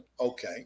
Okay